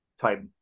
type